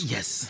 Yes